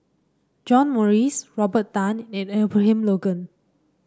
John Morrice Robert Tan and Abraham Logan